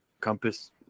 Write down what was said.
Compass